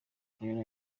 karere